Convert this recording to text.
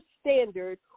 standard